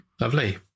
Lovely